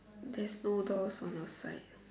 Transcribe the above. there's no doors on your side